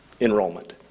enrollment